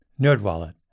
NerdWallet